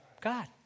God